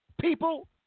people